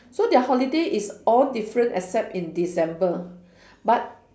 so their holiday is all different except in december but